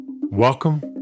Welcome